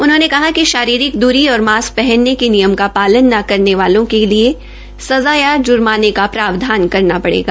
उन्होंने कहा कि शारीरिक दूरी और मास्क पहनने के लियम का पालन न करने वालों के लिए सज़ा या जुर्माने का प्रावधान करना पड़ेगा